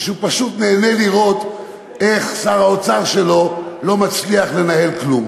שהוא פשוט נהנה לראות איך שר האוצר שלו לא מצליח לנהל כלום.